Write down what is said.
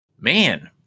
man